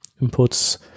inputs